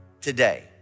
Today